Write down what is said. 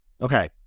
Okay